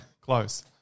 close